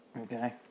Okay